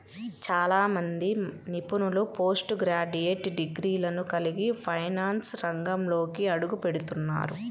చాలా మంది నిపుణులు పోస్ట్ గ్రాడ్యుయేట్ డిగ్రీలను కలిగి ఫైనాన్స్ రంగంలోకి అడుగుపెడుతున్నారు